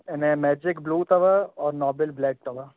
हिन में magic blue अथव और नॉबेल ब्लेक अथव